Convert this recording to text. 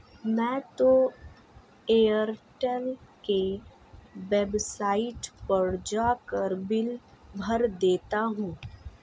मैं तो एयरटेल के वेबसाइट पर जाकर बिल भर देता हूं